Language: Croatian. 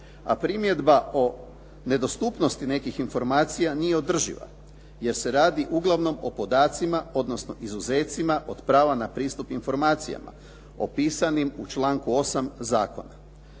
a primjedba o nedostupnosti nekih informacija nije održiva, jer se radi uglavnom o podacima, odnosno izuzecima od prava na pristup informacijama, opisanim u članku 8. zakona.